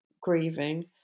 grieving